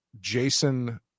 Jason